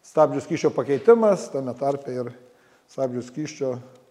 stabdžių skysčio pakeitimas tame tarpe ir stabdžių skysčio